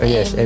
Yes